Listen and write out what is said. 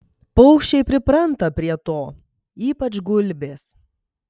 paukščiai pripranta prie to ypač gulbės